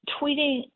tweeting